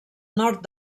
nord